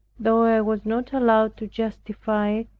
though i was not allowed to justify